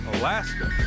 Alaska